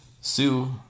Sue